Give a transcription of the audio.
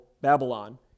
Babylon